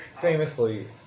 famously